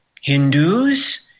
Hindus